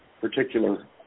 particular